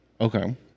Okay